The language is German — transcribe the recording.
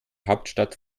hauptstadt